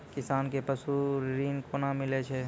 किसान कऽ पसु ऋण कोना मिलै छै?